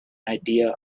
idea